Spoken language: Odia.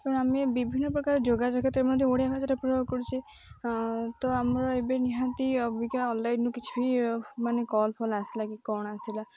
ତେଣୁ ଆମେ ବିଭିନ୍ନ ପ୍ରକାର ଯୋଗାଯୋଗରେ ମଧ୍ୟ ଓଡ଼ିଆ ଭାଷା ପ୍ରୟୋଗ କରୁଛେ ତ ଆମର ଏବେ ନିହାତି ଅବିକା ଅଲାଇନ୍ରେ କିଛି ବି ମାନେ କଲ୍ ଫଲ୍ ଆସିଲା କି କ'ଣ ଆସିଲା